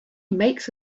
makes